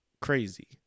crazy